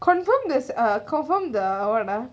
confirm this uh confirm the [what] ah